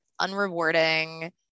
unrewarding